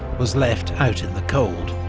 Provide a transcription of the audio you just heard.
was left out in the cold.